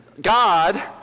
God